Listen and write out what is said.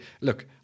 Look